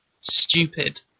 stupid